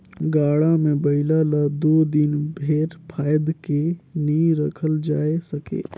गाड़ा मे बइला ल दो दिन भेर फाएद के नी रखल जाए सके